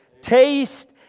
Taste